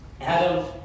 Adam